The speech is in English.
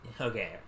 okay